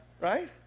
Right